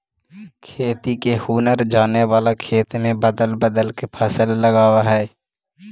खेती के हुनर जाने वाला खेत में बदल बदल के फसल लगावऽ हइ